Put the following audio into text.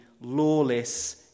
lawless